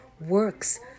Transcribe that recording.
works